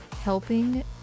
helping